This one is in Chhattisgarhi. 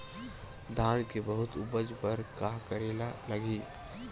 धान के बहुत उपज बर का करेला लगही?